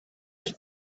his